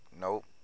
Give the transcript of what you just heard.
Nope